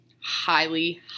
Highly